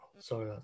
Sorry